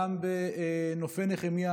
וגם בנופי נחמיה